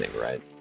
right